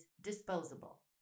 disposable